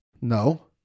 No